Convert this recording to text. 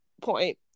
point